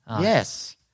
Yes